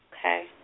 Okay